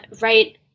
right